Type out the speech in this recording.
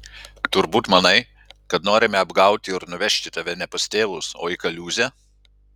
turbūt manai kad norime apgauti ir nuvežti tave ne pas tėvus o į kaliūzę